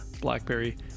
blackberry